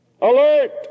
Alert